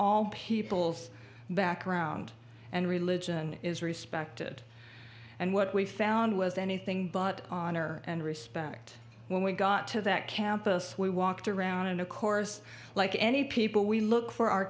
all people's background and religion is respected and what we found was anything but honor and respect when we got to that campus we walked around and of course like any people we look for our